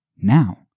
Now